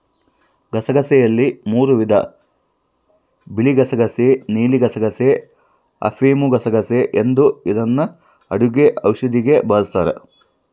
ಗಸಗಸೆಯಲ್ಲಿ ಮೂರೂ ವಿಧ ಬಿಳಿಗಸಗಸೆ ನೀಲಿಗಸಗಸೆ, ಅಫಿಮುಗಸಗಸೆ ಎಂದು ಇದನ್ನು ಅಡುಗೆ ಔಷಧಿಗೆ ಬಳಸ್ತಾರ